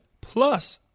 plus